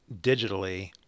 digitally